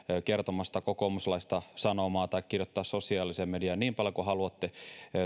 kertomassa sitä kokoomuslaista sanomaa tai kirjoittaa sosiaaliseen mediaan niin paljon kuin haluatte